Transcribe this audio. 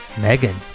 Megan